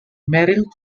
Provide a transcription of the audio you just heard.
merrill